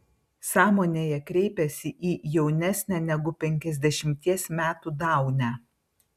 sąmonėje kreipiasi į jaunesnę negu penkiasdešimties metų daunę